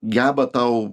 geba tau